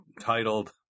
titled